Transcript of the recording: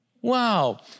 Wow